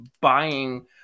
buying